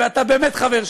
ואתה באמת חבר שלי,